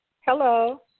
Hello